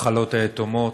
במחלות היתומות.